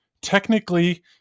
technically